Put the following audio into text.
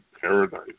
paradise